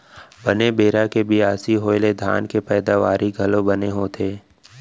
बने बेरा के बियासी होय ले धान के पैदावारी घलौ बने होथे